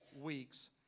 weeks